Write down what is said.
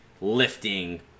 lifting